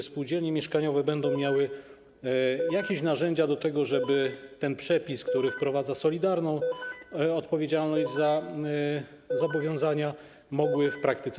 Czy spółdzielnie mieszkaniowe będą miały jakieś narzędzia do tego, żeby ten przepis, który wprowadza solidarną odpowiedzialność za zobowiązania, mogły stosować w praktyce?